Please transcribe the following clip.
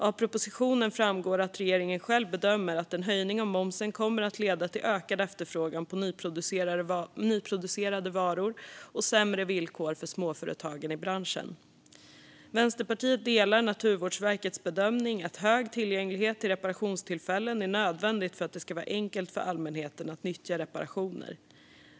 Av propositionen framgår att regeringen själv bedömer att en höjning av momsen kommer att leda till ökad efterfrågan på nyproducerade varor och sämre villkor för småföretagen i branschen. Vänsterpartiet delar Naturvårdsverkets bedömning att hög tillgänglighet till reparationstillfällen är nödvändigt för att det ska vara enkelt för allmänheten att nyttja reparationer.